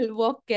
walk